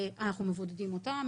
אנחנו מבודדים אותם,